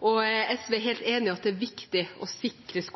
SV er helt enig i at det er viktig å sikre